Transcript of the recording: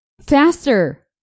Faster